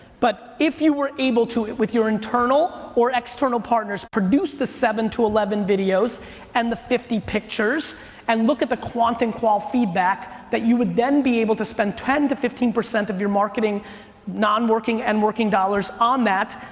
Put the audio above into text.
but if you were able to with your internal or external partners produce the seven to eleven videos and the fifty pictures and look at quant and qual feedback that you would then be able to spend ten to fifteen percent of your marketing nonworking and working dollars on that,